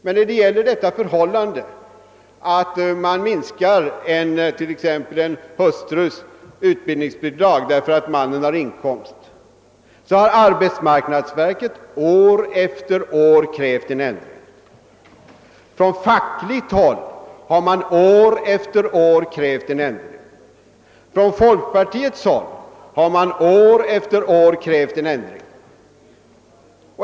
Men då det gäller det förhållandet att t.ex. en hustrus utbildningsbidrag minskas på grund av att mannen har inkomst, så har arbetsmarknadsverket år efter år krävt en ändring. Från fackligt håll har man år efter år krävt en ändring. Från folkpartiets håll har man år efter år krävt en ändring.